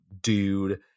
dude